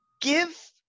give